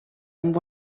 amb